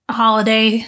holiday